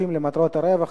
משמשים למטרות רווח),